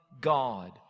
God